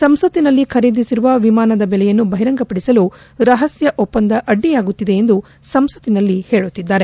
ಸಂಸತ್ತಿನಲ್ಲಿ ಖರೀದಿಸಿರುವ ವಿಮಾನದ ಬೆಲೆಯನ್ನು ಬಹಿರಂಗಪಡಿಸಲು ರಹಸ್ಟ ಒಪ್ಪಂದ ಅಡ್ಡಿಯಾಗುತ್ತಿದೆ ಎಂದು ಸಂಸತ್ತಿನಲ್ಲಿ ಹೇಳುತ್ತಿದ್ದಾರೆ